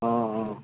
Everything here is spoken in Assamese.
অঁ অঁ